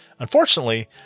Unfortunately